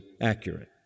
accurate